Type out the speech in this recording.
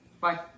Bye